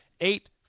eight